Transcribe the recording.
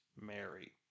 Mary